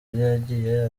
yagiye